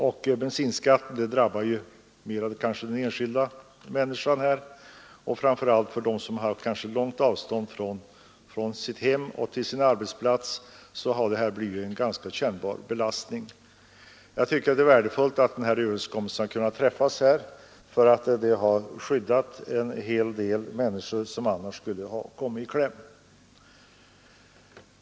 En bensinskatt drabbar väl mera enskilda människor, framför allt människor med långa avstånd mellan hem och arbetsplats. Det skulle ha blivit en ganska kännbar belastning. Jag tycker det är värdefullt att denna överenskommelse har kunnat träffas. Den ger skydd åt människor som annars skulle ha kommit i kläm.